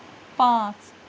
پانٛژھ